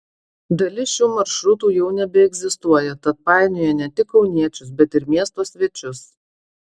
dalis šių maršrutų jau nebeegzistuoja tad painioja ne tik kauniečius bet ir miesto svečius